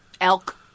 Elk